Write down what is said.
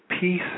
peace